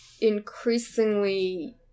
increasingly